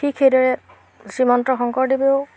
ঠিক সেইদৰে শ্ৰীমন্ত শংকৰদেৱেও